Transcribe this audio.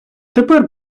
тепер